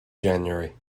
january